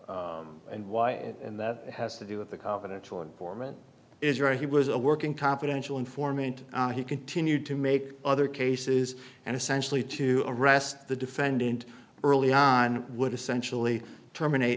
him and why and that has to do with the confidential informant is right he was a working confidential informant he continued to make other cases and essentially to arrest the defendant early on would essentially terminate